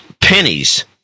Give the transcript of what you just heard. pennies